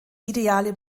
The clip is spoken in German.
ideale